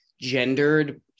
gendered